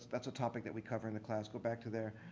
that's a topic that we cover in the class. go back to there.